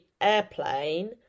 airplane